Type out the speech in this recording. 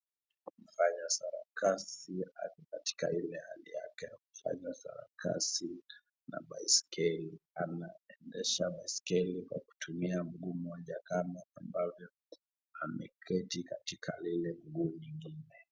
Mfanya sarakasi ako katika ile hali yake ya kufanya sarakasi na baiskeli, anaendesha baiskeli kwa kutumia mguu mmoja kama ambavyo ameketi katika lile guu lingine.